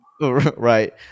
right